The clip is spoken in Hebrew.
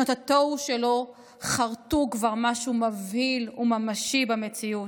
שנות התוהו שלו חרתו כבר משהו מבהיל וממשי במציאות,